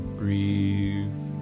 breathe